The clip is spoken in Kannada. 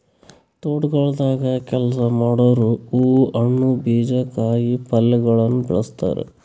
ತೋಟಗೊಳ್ದಾಗ್ ಕೆಲಸ ಮಾಡೋರು ಹೂವು, ಹಣ್ಣು, ಬೀಜ, ಕಾಯಿ ಪಲ್ಯಗೊಳನು ಬೆಳಸ್ತಾರ್